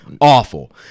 awful